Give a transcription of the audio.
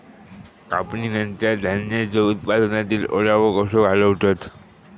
कापणीनंतर धान्यांचो उत्पादनातील ओलावो कसो घालवतत?